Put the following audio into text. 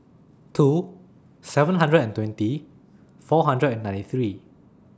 two seven hundred and twenty four hundred and ninety three